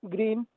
Green